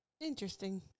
Interesting